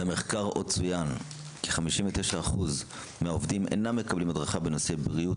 במחקר עוד צוין כי 59% מהעובדים אינם מקבלים הדרכה בנושא בריאות